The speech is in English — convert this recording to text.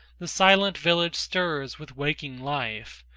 the silent village stirs with waking life,